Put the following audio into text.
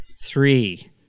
Three